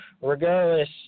regardless